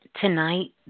tonight